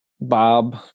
Bob